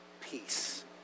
peace